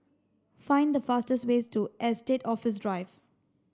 find the fastest way to Estate Office Drive